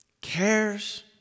cares